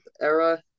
era